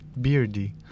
beardy